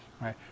right